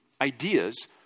Ideas